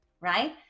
right